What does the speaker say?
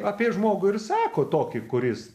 apie žmogų ir sako tokį kuris